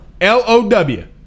L-O-W